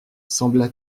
sembla